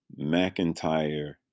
McIntyre